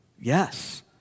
Yes